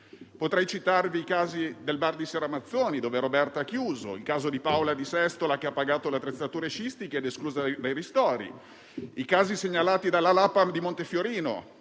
Potrei citarvi i casi del bar di Serramazzoni, dove Roberta ha chiuso. Il caso di Paola di Sestola, che ha pagato le attrezzature sciistiche ed è esclusa dai ristori. I casi segnalati dalla Lapam di Montefiorino,